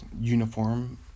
uniform